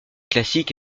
classique